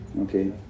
Okay